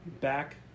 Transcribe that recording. back